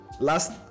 Last